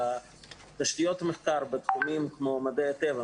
תשתיות מחקר בתחומים של מדעי הטבע,